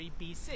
BC